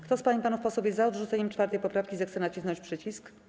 Kto z pań i panów posłów jest za odrzuceniem 4. poprawki, zechce nacisnąć przycisk.